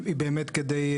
היא באמת כדי,